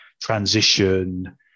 transition